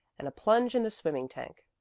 and a plunge in the swimming-tank.